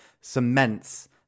cements